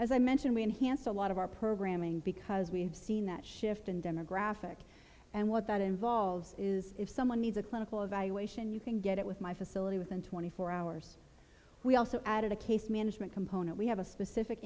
as i mentioned we enhanced a lot of our programming because we have seen that shift in demographic and what that involves is if someone needs a clinical evaluation you can get it with my facility within twenty four hours we also added a case management component we have a specific